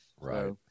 Right